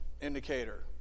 indicator